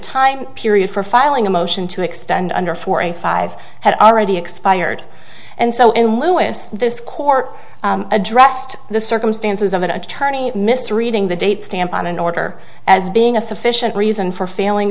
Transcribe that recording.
time period for filing a motion to extend under forty five had already expired and so in louis this court addressed the circumstances of an attorney misreading the date stamp on an order as being a sufficient reason for failing